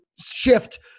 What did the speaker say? shift